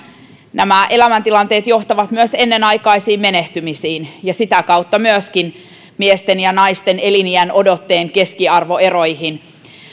nämä elämäntilanteet johtavat myös ennenaikaisiin menehtymisiin ja sitä kautta myöskin miesten ja naisten eliniänodotteen keskiarvoeroihin